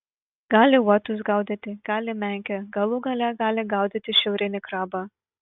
gali uotus gaudyti gali menkę galų gale gali gaudyti šiaurinį krabą